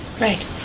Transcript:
Right